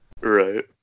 Right